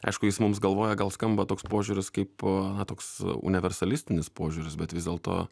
aišku jis mums galvoj gal skamba toks požiūris kaip toks universalistinis požiūris bet vis dėlto